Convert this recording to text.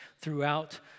throughout